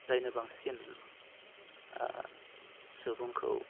जायनो बांसिन सुबुंखौ